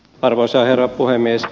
arvoisa herra puhemies